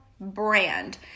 brand